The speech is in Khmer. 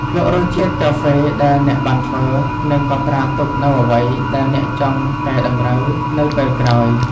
ភ្លក្សរសជាតិកាហ្វេដែលអ្នកបានធ្វើ និងកត់ត្រាទុកនូវអ្វីដែលអ្នកចង់កែតម្រូវនៅពេលក្រោយ។